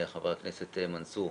חבר הכנסת מנסור.